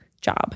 job